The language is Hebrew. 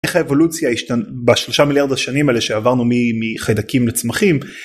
איך האבולוציה השתנתה.. בשלושה מיליארד השנים האלה שעברנו מחדקים לצמחים.